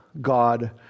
God